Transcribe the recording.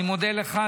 אני מודה לך.